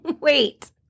Wait